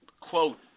quote